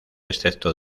excepto